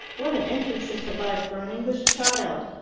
what an entrance into life for an english child!